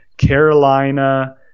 carolina